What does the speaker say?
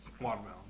watermelon